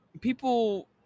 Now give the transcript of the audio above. People